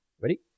Ready